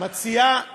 מציעה